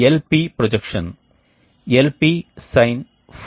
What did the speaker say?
ఉష్ణ బదిలీ యొక్క వైశాల్యం కూడా చాలా ముఖ్యమైనది